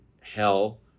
hell